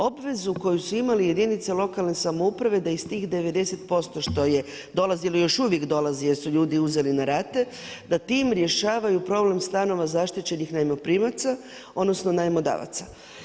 Obvezu koju su imali jedinice lokalne samouprave da iz tih 90% što je dolazi li još uvijek, dolazi jer su ljudi uzeli na rate, da tim rješavaju problem stanova zaštićenih najmoprimaca, odnosno najmodavaca.